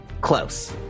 Close